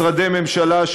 משרדי ממשלה,